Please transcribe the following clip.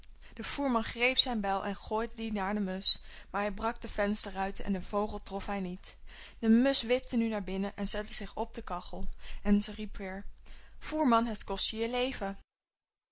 de voerman greep zijn bijl en gooide die naar de musch maar hij brak de vensterruiten en den vogel trof hij niet de musch wipte nu naar binnen en zette zich op de kachel en ze riep weêr voerman het kost je je leven